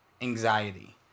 anxiety